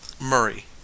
Murray